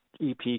EP